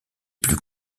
plus